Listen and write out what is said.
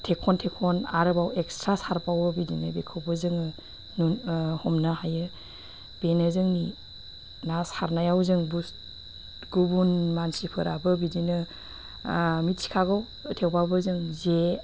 थेखन थेखन आरोबाव एक्सट्रा सारबावो बिदिनो बेखौबो जोङो हमनो हायो बेनो जोंनि ना सारनायाव जों बुस्तु गुबुन मानसिफोराबो बिदिनो मिन्थिखागौ थेवबाबो जों जे